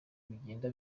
bigenda